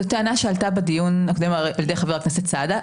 זו טענה שעלתה בדיון על ידי חבר הכנסת סעדה.